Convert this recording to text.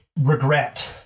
regret